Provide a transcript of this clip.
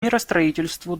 миростроительству